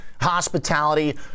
hospitality